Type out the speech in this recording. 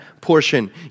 portion